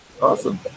Awesome